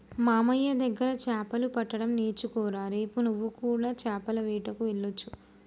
మామయ్య దగ్గర చాపలు పట్టడం నేర్చుకోరా రేపు నువ్వు కూడా చాపల వేటకు వెళ్లొచ్చు